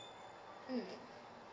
mm